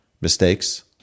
mistakes